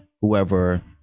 whoever